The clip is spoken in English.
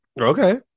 Okay